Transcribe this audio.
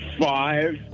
five